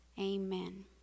amen